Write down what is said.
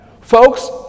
Folks